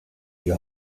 die